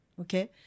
okay